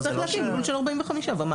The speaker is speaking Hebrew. יצטרך להקים לול של 45 ומעלה.